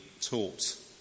taught